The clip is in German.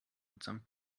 mitsamt